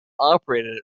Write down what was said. operated